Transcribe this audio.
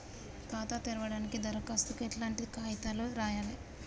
ఖాతా తెరవడానికి దరఖాస్తుకు ఎట్లాంటి కాయితాలు రాయాలే?